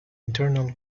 internal